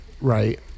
right